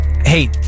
hey